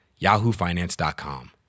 yahoofinance.com